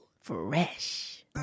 Fresh